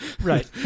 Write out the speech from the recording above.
Right